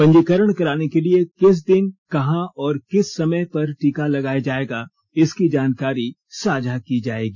पंजीकरण कराने के लिए किस दिन कहां और किस समय पर टीका लगाया जाएगा इसकी जानकारी साझा की जाएगी